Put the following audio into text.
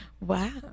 Wow